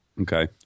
Okay